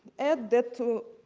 add that to